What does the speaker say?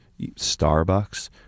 Starbucks